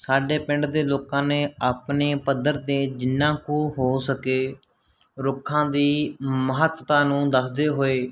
ਸਾਡੇ ਪਿੰਡ ਦੇ ਲੋਕਾਂ ਨੇ ਆਪਣੇ ਪੱਧਰ 'ਤੇ ਜਿੰਨਾ ਕੁ ਹੋ ਸਕੇ ਰੁੱਖਾਂ ਦੀ ਮਹੱਤਤਾ ਨੂੰ ਦੱਸਦੇ ਹੋਏ